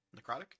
necrotic